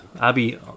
Abby